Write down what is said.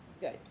Good